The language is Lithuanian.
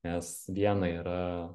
nes viena yra